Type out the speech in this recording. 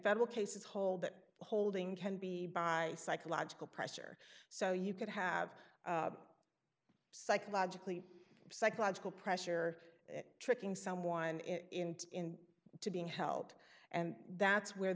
federal cases hold that holding can be by psychological pressure so you could have psychologically psychological pressure tricking someone in to being helped and that's where